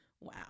wow